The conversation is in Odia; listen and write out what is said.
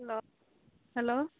hello hello